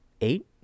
eight